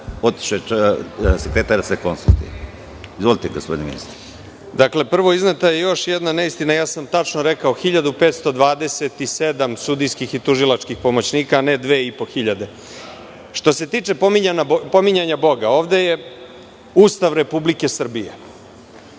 otišao je sekretar da se konsultuje. Izvolite, gospodine ministre.)Prvo, izneta je još jedna neistina. Ja sam tačno rekao 1527 sudijskih i tužilačkih pomoćnika, a ne 2500.Što se tiče pominjanja Boga, ovde je Ustav Republike Srbije,